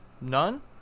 None